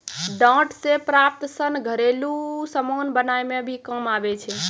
डांट से प्राप्त सन घरेलु समान बनाय मे भी काम आबै छै